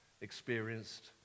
experienced